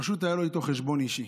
פשוט היה לו איתו חשבון אישי.